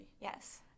yes